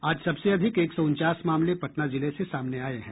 आज सबसे अधिक एक सौ उनचास मामले पटना जिले से सामने आये हैं